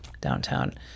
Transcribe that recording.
downtown